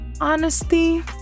Honesty